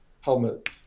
helmet